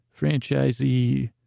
franchisee